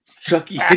Chucky